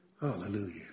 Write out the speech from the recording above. Hallelujah